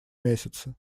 месяце